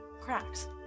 cracks